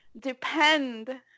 depend